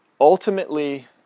Ultimately